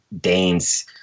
Dane's